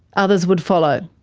others would follow.